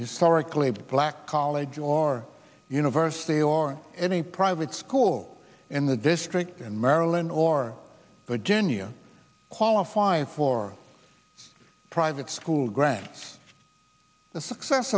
historically black college or university or any private school in the district in maryland or virginia qualify for private school grant the success